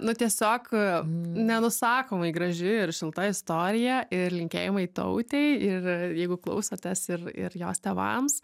nu tiesiog nenusakomai graži ir šilta istorija ir linkėjimai tautei ir jeigu klausotės ir ir jos tėvams